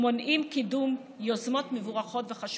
ומונע קידום יוזמות מבורכות וחשובות.